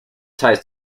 ties